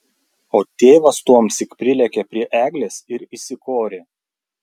o tėvas tuomsyk prilėkė prie eglės ir įsikorė